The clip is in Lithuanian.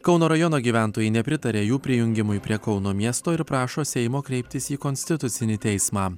kauno rajono gyventojai nepritaria jų prijungimui prie kauno miesto ir prašo seimo kreiptis į konstitucinį teismą